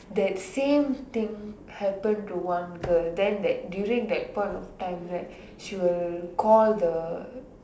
that same thing happen to one girl then that during that point of time right she will call the